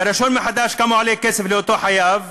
והרישיון מחדש, כמה כסף הוא עולה לאותו חייב?